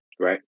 Right